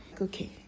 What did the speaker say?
Okay